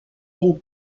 d’une